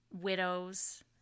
widows